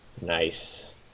Nice